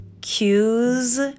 cues